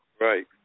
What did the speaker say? Right